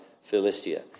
Philistia